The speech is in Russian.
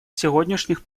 сегодняшних